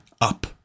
up